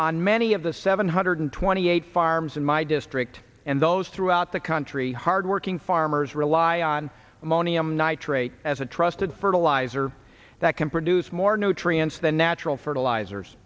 on many of the seven hundred twenty eight farms in my district and those throughout the country hardworking farmers rely on ammonium nitrate as a trusted fertilizer that can produce more nutrients the natural fertilisers